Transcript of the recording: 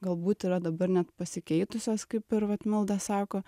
galbūt yra dabar net pasikeitusios kaip ir vat milda sako